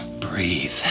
breathe